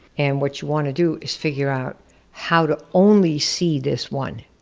and what you wanna do is figure out how to only see this one.